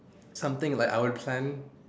something like our plan